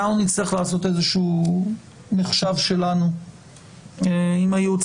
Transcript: אנחנו נצטרך לעשות מחשבה שלנו עם הייעוץ